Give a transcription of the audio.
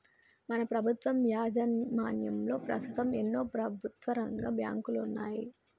మన ప్రభుత్వం యాజమాన్యంలో పస్తుతం ఎన్నో ప్రభుత్వరంగ బాంకులున్నాయి